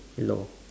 law